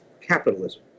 capitalism